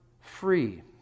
free